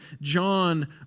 John